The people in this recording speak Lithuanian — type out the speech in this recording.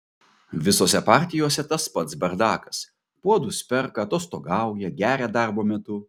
visose partijose tas pats bardakas puodus perka atostogauja geria darbo metu